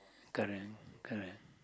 correct correct